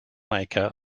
maker